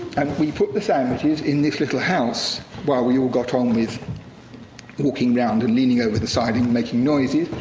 and we put the sandwiches in this little house while we all got on with walking round and leaning over the side and making noises.